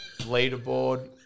Leaderboard